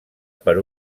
per